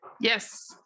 yes